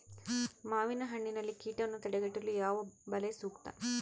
ಮಾವಿನಹಣ್ಣಿನಲ್ಲಿ ಕೇಟವನ್ನು ತಡೆಗಟ್ಟಲು ಯಾವ ಬಲೆ ಸೂಕ್ತ?